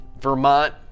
Vermont